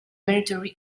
military